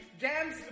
Jams